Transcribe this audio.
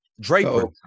Draper